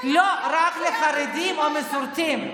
לא רק לחרדים ומסורתיים.